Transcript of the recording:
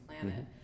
planet